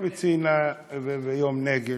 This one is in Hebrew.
ויום הנגב,